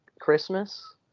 Christmas